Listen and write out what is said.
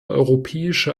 europäische